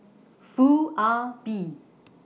Foo Ah Bee